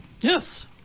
Yes